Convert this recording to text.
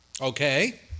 Okay